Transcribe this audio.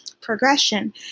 progression